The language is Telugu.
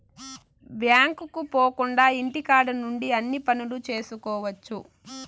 బ్యాంకుకు పోకుండా ఇంటికాడ నుండి అన్ని పనులు చేసుకోవచ్చు